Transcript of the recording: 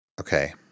Okay